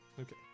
Okay